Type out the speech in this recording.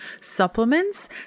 supplements